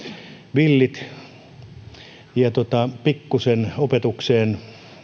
villit ja pikkuisen opetukseen